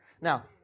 Now